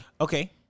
Okay